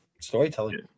Storytelling